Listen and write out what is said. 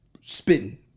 Spitting